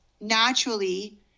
naturally